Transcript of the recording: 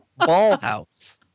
Ballhouse